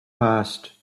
passed